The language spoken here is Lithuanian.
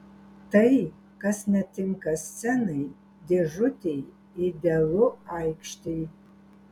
tai kas netinka scenai dėžutei idealu aikštei